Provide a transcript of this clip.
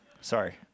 Sorry